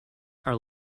are